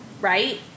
right